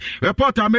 reporter